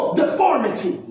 deformity